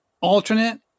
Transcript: alternate